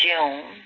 June